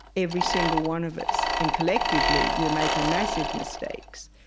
every single one of us. and collectively, we're making massive mistakes.